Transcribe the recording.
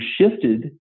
shifted